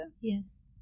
Yes